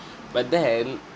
but then